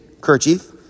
kerchief